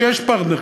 הוא שיש פרטנר,